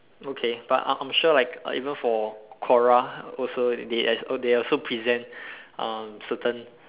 okay but I'm I'm sure like even for Quora also they as they also present um certain